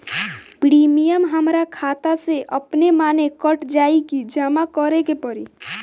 Premium हमरा खाता से अपने माने कट जाई की जमा करे के पड़ी?